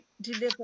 deliver